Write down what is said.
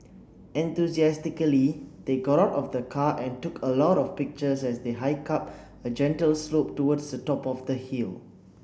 enthusiastically they got out of the car and took a lot of pictures as they hiked up a gentle slope towards the top of the hill